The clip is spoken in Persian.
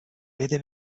بده